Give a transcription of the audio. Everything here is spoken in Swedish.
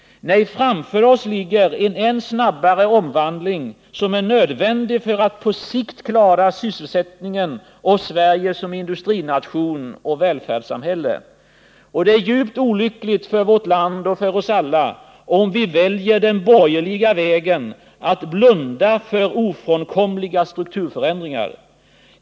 Nej, framför oss ligger en än snabbare omvandling, som är nödvändig för att på sikt klara sysselsättningen och Sverige som industrination och välfärdssamhälle. Det är djupt olyckligt för vårt land och för oss alla om vi väljer den borgerliga vägen att blunda för ofrånkomliga strukturförändringar.